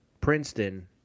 Princeton